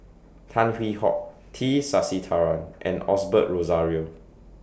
Tan Hwee Hock T Sasitharan and Osbert Rozario